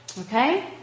Okay